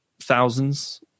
thousands